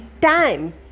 time